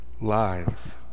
lives